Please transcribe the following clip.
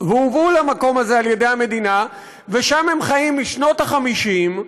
והובאו למקום הזה על-ידי המדינה ושם הם חיים משנות ה-50.